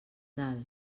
del